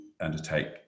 undertake